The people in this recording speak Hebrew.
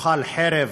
תאכל חרב"